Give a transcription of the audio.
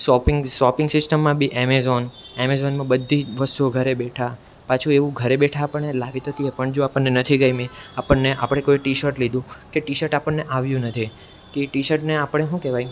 shopping shopping સિસ્ટમમાં બી Amazon એમેઝોનમાં બધી જ વસ્તુઓ ઘરે બેઠા પાછું એવું ઘરે બેઠા પણ એ લાવી તો દે પણ જો આપણને નથી ગમી આપણને આપણે કોઈ ટી શર્ટ લીધું કે ટી શર્ટ આપણને આવ્યું નથી કે એ ટી શર્ટને આપણે શું કહેવાય